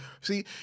see